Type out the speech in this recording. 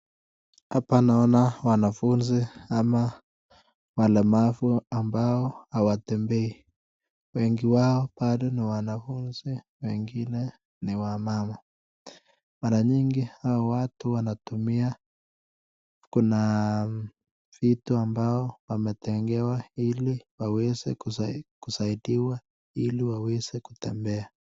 Hapa naona wanafunzi ama walemavu ambao hawatembei. Wengi wao bado ni wanafunzi wengine ni wamama. Mara nyingi hawa watu wanatumia kuna vitu ambao wametegewa ili waweze kusai kusaidiwa ili waweze kutembea.